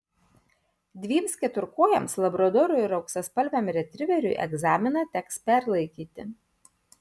dviems keturkojams labradorui ir auksaspalviam retriveriui egzaminą teks perlaikyti